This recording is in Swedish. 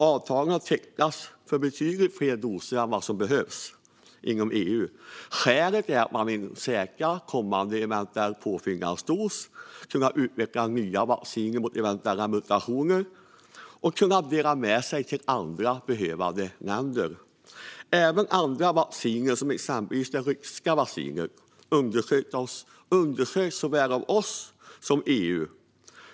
Avtal har tecknats för betydligt fler doser än vad som behövs inom EU. Skälen är att man vill säkra kommande eventuella påfyllnadsdoser, kunna utveckla nya vacciner mot eventuella mutationer och kunna dela med sig till andra behövande länder. Även andra vacciner, som exempelvis det ryska vaccinet, undersöks av såväl oss som EU.